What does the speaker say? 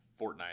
Fortnite